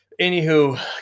Anywho